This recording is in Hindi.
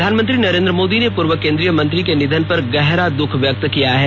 प्रधानमंत्री नरेन्द्र मोदी ने पूर्व केंद्रीय मंत्री के निधन पर गहरा दुःख व्यक्त किया है